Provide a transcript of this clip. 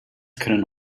können